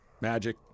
Magic